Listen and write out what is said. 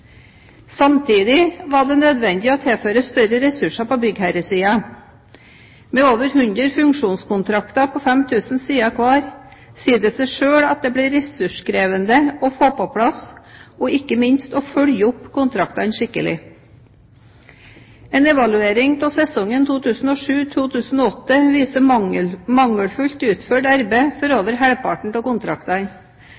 Samtidig var det nødvendig å tilføre større ressurser på byggherresiden. Med over 100 funksjonskontrakter på 5 000 sider hver sier det seg selv at det ble ressurskrevende å få på plass og ikke minst å følge opp kontraktene skikkelig. En evaluering av sesongen 2007–2008 viser mangelfullt utført arbeid for